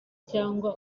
cyangwa